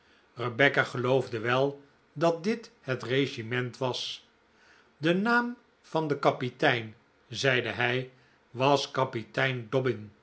rebecca geloofde wel dat dit het regiment wasde naam van den kapitein zeide zij was kapitein